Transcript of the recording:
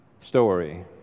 story